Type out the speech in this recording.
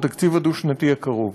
התקציב הדו-שנתי הקרוב.